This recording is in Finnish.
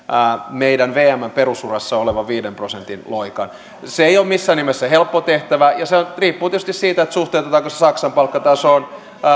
meidän vmn perusurassa olevan viiden prosentin loikan se ei ole missään nimessä helppo tehtävä ja se riippuu tietysti siitä suhteutetaanko se saksan palkkatasoon